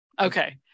okay